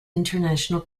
international